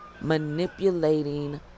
manipulating